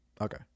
Okay